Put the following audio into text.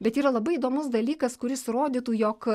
bet yra labai įdomus dalykas kuris rodytų jog